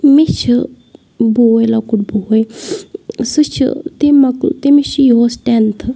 مےٚ چھُ بوے لوٚکُٹ بوے سُہ چھُ تٔمۍ مۄکل تٔمِس چھُ یِہوس ٹیٚنتھہٕ